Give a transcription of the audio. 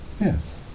yes